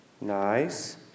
Nice